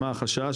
מה החשש?